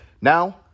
Now